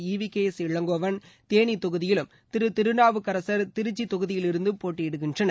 ஈ V K S Elangovan Theni தொகுதியிலும் திருநாவுக்கரசர் திருச்சி தொகுதியிலிருந்தும் போட்டியிடுகின்றனர்